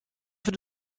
foar